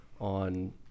on